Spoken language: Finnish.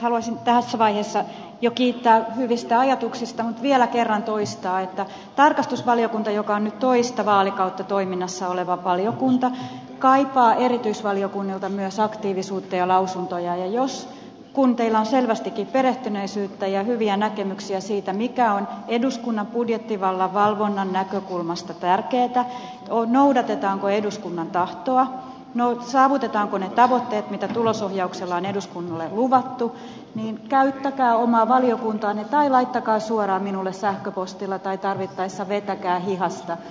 haluaisin tässä vaiheessa jo kiittää hyvistä ajatuksista mutta vielä kerran toistaa että tarkastusvaliokunta joka on nyt toista vaalikautta toiminnassa oleva valiokunta kaipaa erityisvaliokunnilta myös aktiivisuutta ja lausuntoja ja jos kun teillä on selvästikin perehtyneisyyttä ja hyviä näkemyksiä siitä mikä on eduskunnan budjettivallan valvonnan näkökulmasta tärkeätä noudatetaanko eduskunnan tahtoa saavutetaanko ne tavoitteet mitä tulosohjauksella on eduskunnalle luvattu niin käyttäkää omaa valiokuntaanne tai laittakaa suoraan minulle sähköpostilla tai tarvittaessa vetäkää hihasta